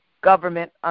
government